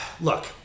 Look